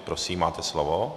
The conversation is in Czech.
Prosím, máte slovo.